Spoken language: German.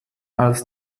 als